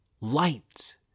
Light